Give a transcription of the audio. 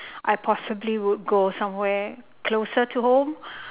I possibly would go somewhere closer to home